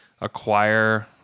acquire